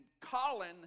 Colin